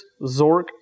Zork